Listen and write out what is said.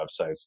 websites